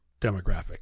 demographic